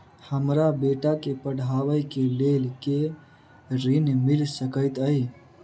हमरा बेटा केँ पढ़ाबै केँ लेल केँ ऋण मिल सकैत अई?